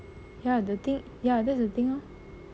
ya the thing ya that's the thing lor